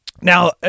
now